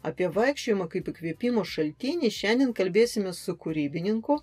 apie vaikščiojimą kaip įkvėpimo šaltinį šiandien kalbėsimės su kūrybininku